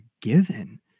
given